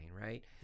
right